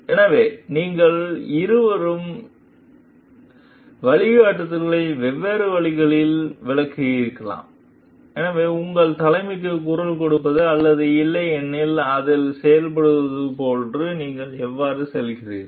எனவேநீங்கள் இருவரும் வழிகாட்டுதல்களை வெவ்வேறு வழிகளில் விளக்கியிருக்கலாம் எனவே உங்கள் கவலைக்கு குரல் கொடுப்பது அல்லது இல்லையெனில் அதில் செயல்படுவது போல நீங்கள் எவ்வாறு செல்கிறீர்கள்